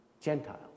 Gentiles